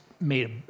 made